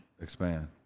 Expand